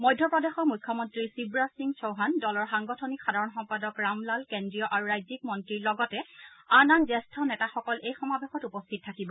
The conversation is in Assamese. মধ্যপ্ৰদেশৰ মুখ্যমন্ত্ৰী শিৱৰাজ সিং চৌহান দলৰ সাংগঠনিক সাধাৰণ সম্পদক ৰামলাল কেন্দ্ৰীয় আৰু ৰাজ্যিক মন্ত্ৰীৰ লগতে আন আন জ্যেষ্ঠ নেতাসকল এই সমাৱেশত উপস্থিত থাকিব